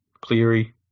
Cleary